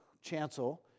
chancel